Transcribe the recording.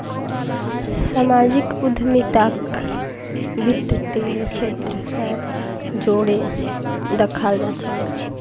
सामाजिक उद्यमिताक वित तेर क्षेत्र स जोरे दखाल जा छेक